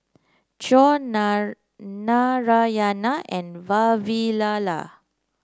Choor Narayana and Vavilala